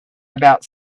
about